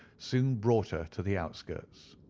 soon brought her to the outskirts.